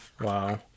Wow